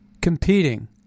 competing